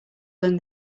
than